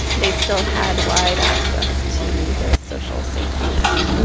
they still had wide access to the social safety net.